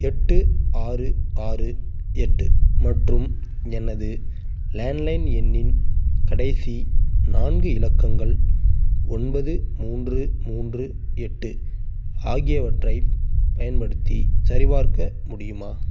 எட்டு ஆறு ஆறு எட்டு மற்றும் எனது லேண்ட்லைன் எண்ணின் கடைசி நான்கு இலக்கங்கள் ஒன்பது மூன்று மூன்று எட்டு ஆகியவற்றை பயன்படுத்தி சரிபார்க்க முடியுமா